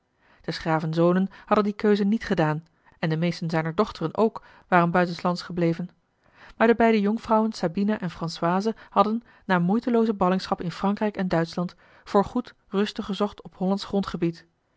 des graven zonen hadden die keuze niet gedaan en de meesten zijner dochteren ook waren buitenslands gebleven maar de beide jonkvrouwen sabina en franchise hadden na moeitevolle ballingschap in frankrijk en uitschland voor goed ruste gezocht op hollandsch grondgebied